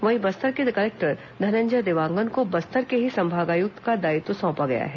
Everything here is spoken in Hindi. वहीं बस्तर के कलेक्टर धनंजय देवांगन को बस्तर के ही संभाग आयुक्त का दायित्व सौंपा गया है